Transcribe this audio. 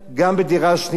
אדוני שר האוצר,